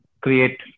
create